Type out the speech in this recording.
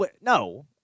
no